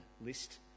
list